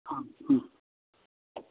অঁ